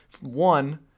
one